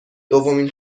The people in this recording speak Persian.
دومین